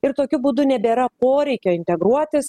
ir tokiu būdu nebėra poreikio integruotis